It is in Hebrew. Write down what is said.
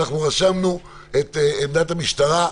רשמנו את עמדת המשטרה,